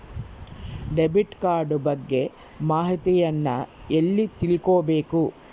Debit card ಬಗ್ಗೆ ಮಾಹಿತಿಯನ್ನ ಎಲ್ಲಿ ತಿಳ್ಕೊಬೇಕು?